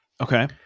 Okay